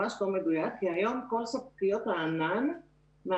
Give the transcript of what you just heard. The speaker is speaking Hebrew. ממש לא מדויק, כי היום כל תשתיות הענן מאפשרות